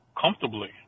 comfortably